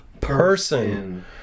person